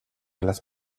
las